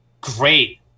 great